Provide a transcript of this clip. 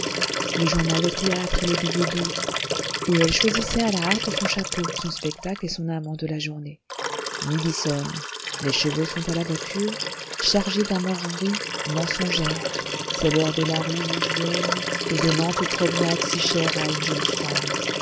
le journal des théâtres et les billets doux et elle choisissait à la hâte son chapeau son spectacle et son amant de la journée midi sonne les chevaux sont à la voiture chargée d'armoiries mensongères c'est l'heure de la rue vivienne et des lentes promenades si chères à une jolie femme